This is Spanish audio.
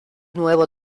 nuevo